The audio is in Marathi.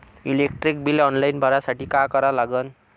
इलेक्ट्रिक बिल ऑनलाईन भरासाठी का करा लागन?